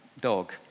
dog